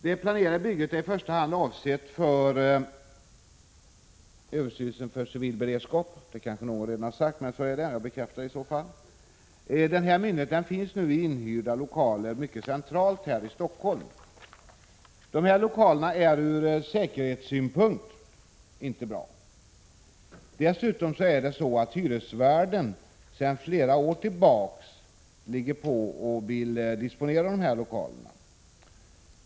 Det planerade bygget är avsett för i första hand överstyrelsen för civil beredskap. Det kanske redan någon har sagt — jag bekräftar i så fall detta. Denna myndighet finns nu i inhyrda lokaler mycket centralt i Stockholm. Dessa lokaler är ur säkerhetssynpunkt inte bra. Dessutom vill hyresvärden sedan flera år tillbaka disponera lokalerna.